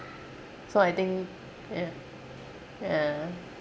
so I think yeah yeah